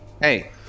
Hey